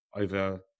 over